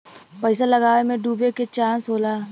पइसा लगावे मे डूबे के चांस होला